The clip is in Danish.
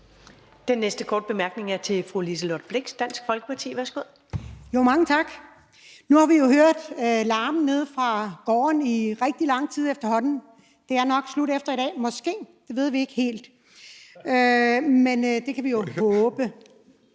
Den næste korte bemærkning er til fru Liselott Blixt, Dansk Folkeparti. Værsgo. Kl. 19:50 Liselott Blixt (DF): Mange tak. Nu har vi jo hørt på larmen nede fra pladsen i rigtig lang tid efterhånden. Det er nok slut efter i dag – måske, det ved vi ikke helt, men det kan vi jo håbe.